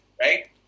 right